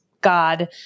God